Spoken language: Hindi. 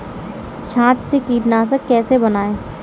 छाछ से कीटनाशक कैसे बनाएँ?